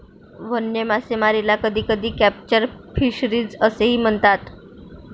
वन्य मासेमारीला कधीकधी कॅप्चर फिशरीज असेही म्हणतात